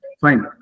Fine